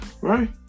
right